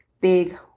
big